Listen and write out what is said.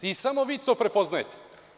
Samo vi to prepoznajte.